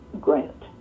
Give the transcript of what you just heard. grant